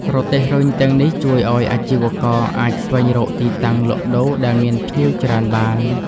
រទេះរុញទាំងនេះជួយឱ្យអាជីវករអាចស្វែងរកទីតាំងលក់ដូរដែលមានភ្ញៀវច្រើនបាន។